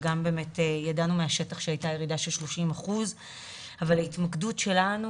אנחנו ידענו מהשטח שהייתה ירידה של 30%. ההתמקדות שלנו